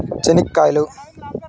చెనిక్కాయలు